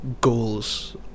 goals